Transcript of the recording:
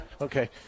Okay